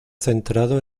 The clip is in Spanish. centrado